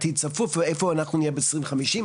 עתיד צפוף ואיפה אנחנו נהיה ב- 2050,